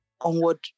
onward